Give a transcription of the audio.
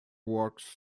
works